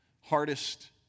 hardest